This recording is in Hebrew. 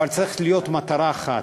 אבל צריכה להיות מטרה אחת: